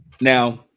Now